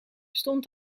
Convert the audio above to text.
stond